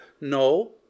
No